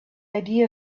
idea